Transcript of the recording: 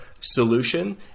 solution